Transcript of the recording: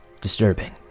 disturbing